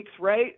right